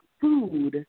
food